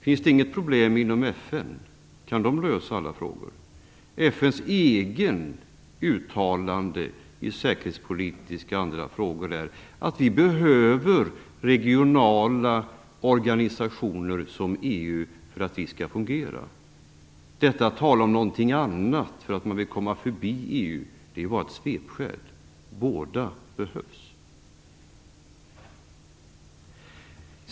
Finns det inga problem inom FN? Kan de lösa alla frågor? FN:s eget uttalande i säkerhetspolitiska och andra frågor är att vi behöver regionala organisationer som EU för att vi skall fungera. Detta tal om någonting annat för att man vill komma förbi EU är bara ett svepskäl. Båda behövs.